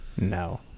No